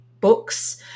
books